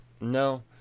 No